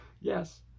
Yes